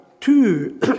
two